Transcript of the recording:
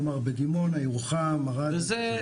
כלומר בדימונה, ירוחם, ערד וכולי.